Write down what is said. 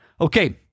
Okay